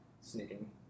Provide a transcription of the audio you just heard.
sneaking